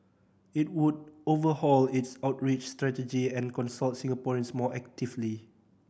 it would overhaul its outreach strategy and consult Singaporeans more actively